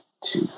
two